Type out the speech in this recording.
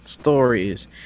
Stories